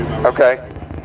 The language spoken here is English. okay